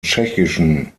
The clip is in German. tschechischen